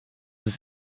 ist